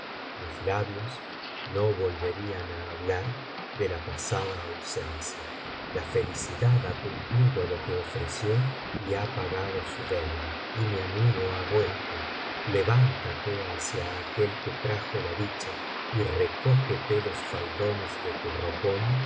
mis labios no volverían á hablar de la pasada amencia la felicidad ha cumplido lo que ofreció y ha paga biblioteca valenciana generalitat valenciana historia del visir nureddin ios do su deuda y mi amigo ha vuelto levántate liada aquel que trajo la dicha y recógete los faldones de tu ropón